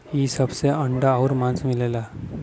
इ सब से अंडा आउर मांस मिलला